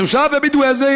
התושב הבדואי הזה,